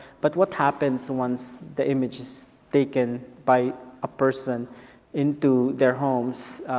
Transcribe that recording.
but what happens once the image is taken by a person into their home.